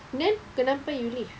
then kenapa you leave